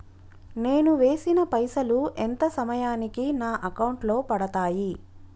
నేను వేసిన పైసలు ఎంత సమయానికి నా అకౌంట్ లో పడతాయి?